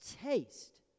taste